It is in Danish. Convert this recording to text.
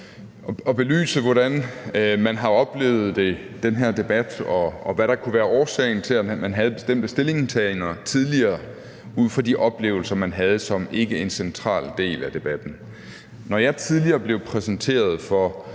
at belyse, hvordan man har oplevet den her debat, og belyse, hvad der kunne være årsagen til, at man tidligere havde bestemte holdninger på baggrund af de oplevelser, man havde som en ikke central del af debatten. Når jeg tidligere blev præsenteret for